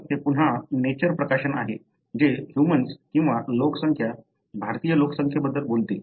तर हे पुन्हा नेचर प्रकाशन आहे जे ह्यूमन्स किंवा लोकसंख्या भारतीय लोकसंख्येबद्दल बोलते